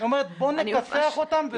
היא אומרת 'בוא נכסח אותם וזהו'.